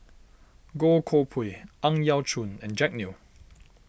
Goh Koh Pui Ang Yau Choon and Jack Neo